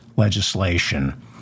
Legislation